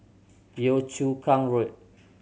Yio Chu Kang Road